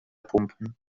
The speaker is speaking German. pumpen